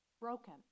broken